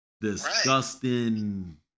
disgusting